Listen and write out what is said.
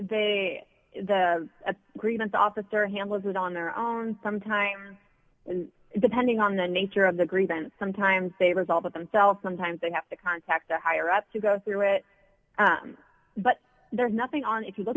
they the grievance officer handles it on their own some time in the pending on the nature of the grievance sometimes they resolve it themselves sometimes they have to contact the higher ups to go through it but there's nothing on if you